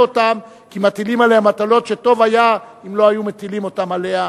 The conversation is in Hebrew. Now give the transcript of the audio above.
אותן כי מטילים עליה מטלות שטוב היה אם לא היו מטילים אותן עליה,